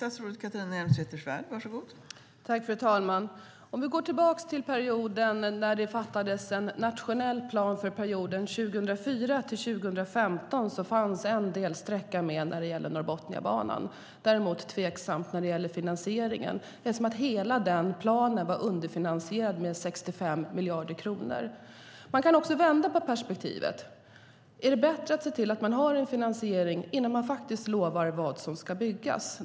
Fru talman! Vi kan gå tillbaka till tiden då man fattade beslut om en nationell plan för perioden 2004-2015. Då fanns en delsträcka av Norrbotniabanan med. Det är däremot tveksamt när det gäller finansieringen. Hela den planen var underfinansierad med 65 miljarder kronor. Man kan vända på perspektivet. Är det bättre att se till att man har en finansiering innan man lovar vad som ska byggas?